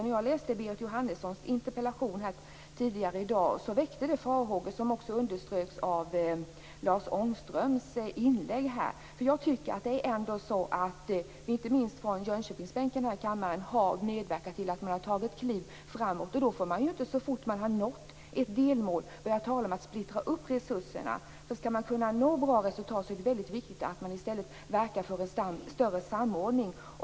När jag läste Berit Jóhannessons interpellation tidigare i dag väckte det farhågor som också underströks av Lars Ångströms inlägg här. Vi har, inte minst från Jönköpingsbänken här i kammaren, medverkat till att det har tagits kliv framåt. Det går ju inte att så fort man har nått ett delmål börja tala om att splittra resurserna. Om man skall kunna nå bra resultat är det viktigt att man i stället verkar för en större samordning.